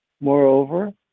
moreover